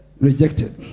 rejected